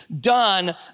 done